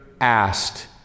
asked